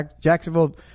Jacksonville